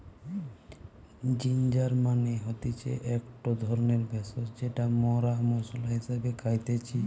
ginger মানে হতিছে একটো ধরণের ভেষজ যেটা মরা মশলা হিসেবে খাইতেছি